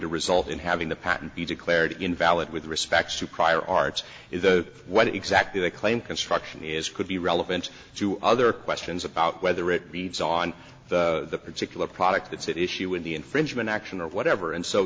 to result in having the patent be declared invalid with respect to prior art is that what exactly they claim construction is could be relevant to other questions about whether it be on the particular product that's at issue in the infringement action or whatever and so